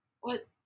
What-